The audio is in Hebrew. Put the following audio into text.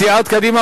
סיעת קדימה,